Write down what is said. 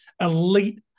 Elite